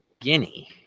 Guinea